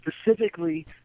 specifically